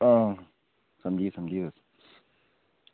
हां समझी गेआ समझी गेआ